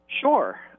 Sure